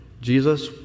Jesus